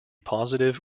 positive